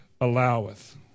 alloweth